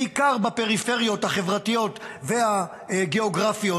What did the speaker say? בעיקר בפריפריות החברתיות והגיאוגרפיות,